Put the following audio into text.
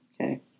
Okay